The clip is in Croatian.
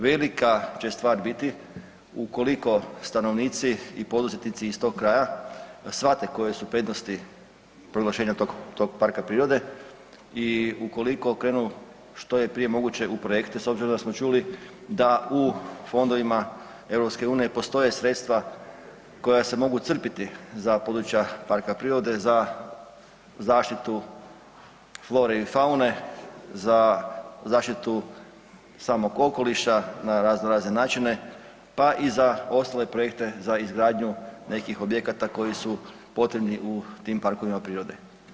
Velika će stvar biti ukoliko stanovnici i poduzetnici iz tog kraja shvate koje su prednosti proglašenja tog parka prirode i ukoliko krenu što je prije moguće u projekte s obzirom da smo čuli da u fondovima EU postoje sredstva koja se mogu crpiti za područja parka prirode, za zaštitu flore i faune, za zaštitu samog okoliša na raznorazne načine pa i za ostale projekte za izgradnju nekih objekata koji su potrebni u tim parkovima prirode.